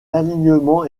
alignement